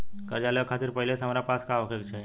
कर्जा लेवे खातिर पहिले से हमरा पास का होए के चाही?